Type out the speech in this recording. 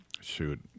Shoot